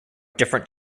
different